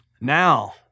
Now